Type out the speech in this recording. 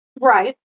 Right